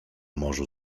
morzu